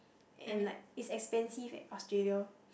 and like is expensive leh Australia